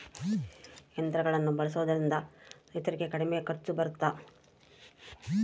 ಯಂತ್ರಗಳನ್ನ ಬಳಸೊದ್ರಿಂದ ರೈತರಿಗೆ ಕಡಿಮೆ ಖರ್ಚು ಬರುತ್ತಾ?